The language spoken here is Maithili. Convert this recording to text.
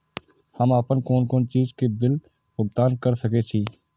हम आपन कोन कोन चीज के बिल भुगतान कर सके छी?